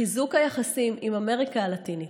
חיזוק היחסים עם אמריקה הלטינית,